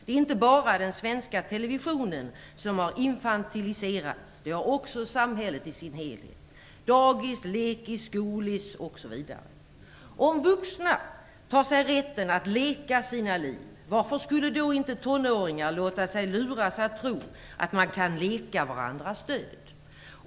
Det är inte bara den svenska televisionen som har infantiliserats. Det har också samhället i sin helhet - dagis, lekis, skolis osv. Om vuxna tar sig rätten att leka sina liv, varför skulle då inte tonåringar låta sig luras att tro att man kan leka varandras död?